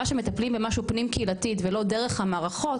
שמטפלים במשהו פנים קהילתית ולא דרך המערכות,